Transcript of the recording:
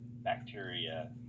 bacteria